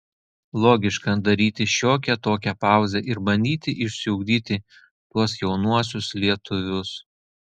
logiška daryti šiokią tokią pauzę ir bandyti išsiugdyti tuos jaunuosius lietuvius